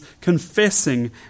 confessing